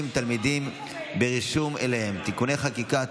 תלמידים ברישום אליהם (תיקוני חקיקה),